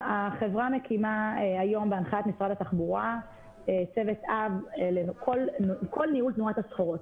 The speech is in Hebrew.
החברה מקימה היום בהנחית משרד התחבורה צוות אב לכל ניהול תנועת הסחורות.